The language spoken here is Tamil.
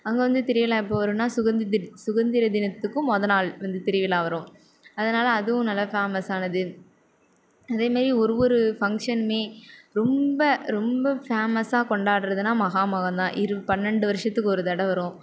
அங்கே வந்து திருவிழா எப்போது வரும்னா சுதந்திர சுதந்திர தினத்துக்கு முத நாள் வந்து திருவிழா வரும் அதனால அதுவும் நல்ல ஃபேமஸானது அதேமாதிரி ஒரு ஒரு ஃபங்சனுமே ரொம்ப ரொம்ப ஃபேமஸ்ஸாக கொண்டாடுகிறதுனா மகா மகம் தான் இரு பன்னெண்டு வருசத்துக்கு ஒரு தடவை வரும்